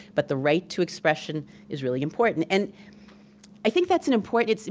but the right to expression is really important. and i think that's an important,